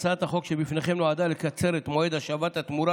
הצעת החוק שבפניכם נועדה לקצר את מועד השבת התמורה